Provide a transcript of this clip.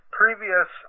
previous